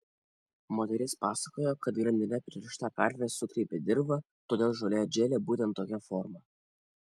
moteris pasakojo kad grandine pririšta karvė sutrypė dirvą todėl žolė atžėlė būtent tokia forma